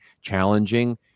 challenging